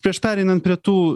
prieš pereinant prie tų